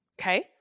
okay